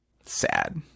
Sad